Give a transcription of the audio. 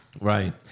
Right